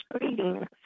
greetings